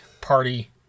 party